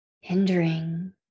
hindering